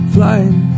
Flying